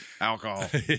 Alcohol